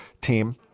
team